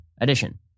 edition